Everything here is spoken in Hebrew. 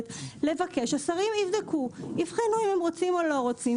ולבקש שהשרים יבדקו ויבחנו אם הם רוצים או לא רוצים.